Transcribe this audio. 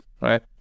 right